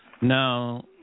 Now